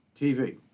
tv